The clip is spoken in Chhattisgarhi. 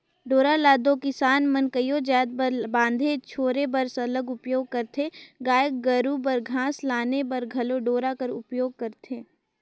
डोरा ल दो किसान मन कइयो जाएत ल बांधे छोरे बर सरलग उपियोग करथे गाय गरू बर घास लाने बर घलो डोरा कर उपियोग करथे